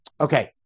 Okay